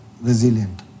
resilient